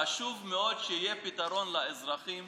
חשוב מאוד שיהיה פתרון לאזרחים